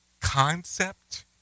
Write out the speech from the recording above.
concept